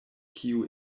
kiu